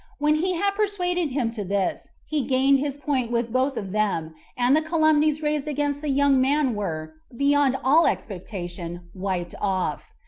when he had persuaded him to this, he gained his point with both of them and the calumnies raised against the young man were, beyond all expectation, wiped off.